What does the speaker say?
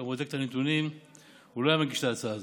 כי אם הוא היה בודק את הנתונים הוא לא היה מגיש את ההצעה הזו.